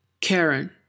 Karen